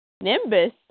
Nimbus